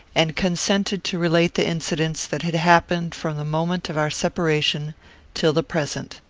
and consented to relate the incidents that had happened from the moment of our separation till the present.